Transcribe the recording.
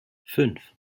fünf